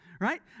right